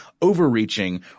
overreaching